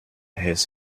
his